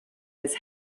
his